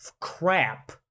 Crap